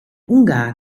ungar